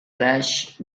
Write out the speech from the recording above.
crash